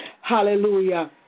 Hallelujah